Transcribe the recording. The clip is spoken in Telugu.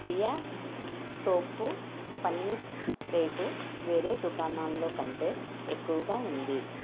బియాస్ టోఫు పనీర్ రేటు వేరే దుకాణాల్లో కంటే ఎక్కువగా ఉంది